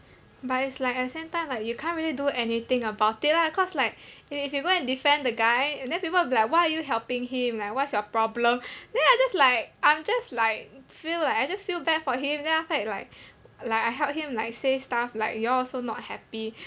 but it's like at the same time like you can't really do anything about it lah cause like if if you go and defend the guy then people will be like why are you helping him like what's your problem then I just like I'm just like feel like I just feel bad for him then after that like like I help him like say stuff like you all also not happy